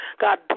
God